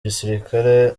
gisirikare